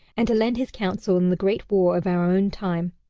and to lend his counsel in the great war of our own time.